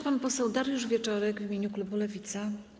Pan poseł Dariusz Wieczorek w imieniu klubu Lewica.